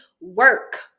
work